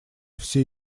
все